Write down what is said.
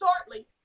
shortly